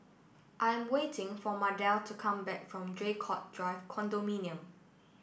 I'm waiting for Mardell to come back from Draycott Drive Condominium